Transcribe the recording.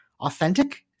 authentic